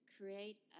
create